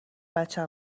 بچه